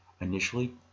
Initially